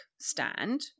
stand